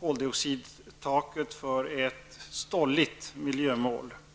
koldioxidtaket för ett ''stolligt miljömål''.